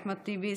אחמד טיבי,